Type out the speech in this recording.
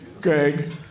Greg